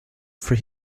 for